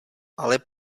ale